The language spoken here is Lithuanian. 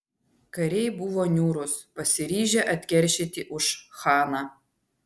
kariai buvo niūrūs pasiryžę atkeršyti už chaną